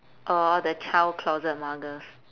oh the child closet muggers